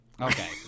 Okay